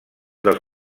dels